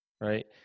right